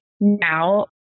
now